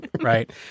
right